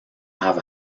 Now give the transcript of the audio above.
have